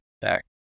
back